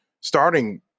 starting